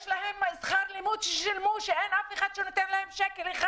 יש להם שכר לימוד ששילמו ואין אף אחד שמחזיר להם שקל אחד.